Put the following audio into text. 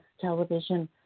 television